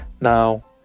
Now